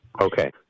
Okay